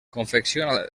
confecciona